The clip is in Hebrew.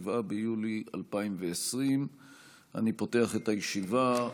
7 ביולי 2020. אני פותח את הישיבה.